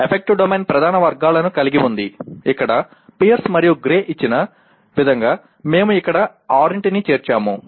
effective domain ప్రధాన వర్గాలను కలిగి ఉంది ఇక్కడ పియర్స్ మరియు గ్రే ఇచ్చిన విధంగా మేము ఇక్కడ ఆరుంటిని చేర్చాము